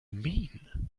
mean